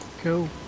cool